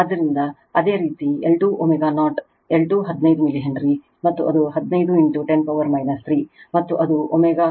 ಆದ್ದರಿಂದ ಅದೇ ರೀತಿ L2 ω0 L2 15 ಮಿಲಿ ಹೆನ್ರಿ ಮತ್ತು ಅದು 15 10 ಪವರ್ 3 ಮತ್ತು ಅದು ω2